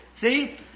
See